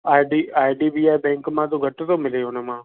I D I D B I bank मां थो घटि थो मिले हुन मां